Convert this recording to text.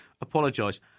apologise